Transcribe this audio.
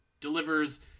delivers